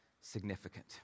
significant